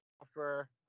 offer